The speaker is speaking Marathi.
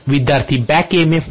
विद्यार्थीः बॅक EMF